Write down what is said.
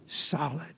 Solid